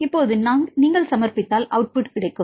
இப்போது நீங்கள் சமர்ப்பித்தால் அவுட் புட் கிடைக்கும்